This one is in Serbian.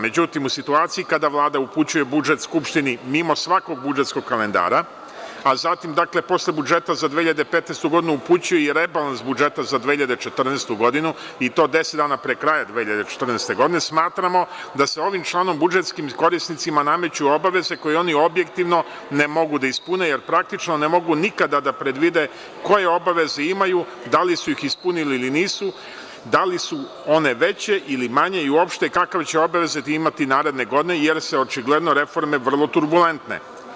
Međutim, u situaciji kada Vlada upućuje budžet Skupštini mimo svakog budžetskog kalendara, a zatim, posle budžeta za 2015. godinu, upućuje i rebalans budžeta za 2014. godinu, i to deset dana pre kraja 2014. godine, smatramo da se ovim članom budžetskim korisnicima nameću obaveze koje oni objektivno ne mogu da ispune, jer praktično ne mogu nikada da predvide koje obaveze imaju, da li su ih ispunili ili nisu, da li su one veće ili manje i uopšte kakve će obaveze imati naredne godine, jer su očigledno reforme vrlo turbulentne.